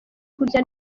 kurya